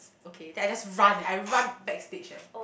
okay then I just run eh I run backstage eh